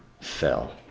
fell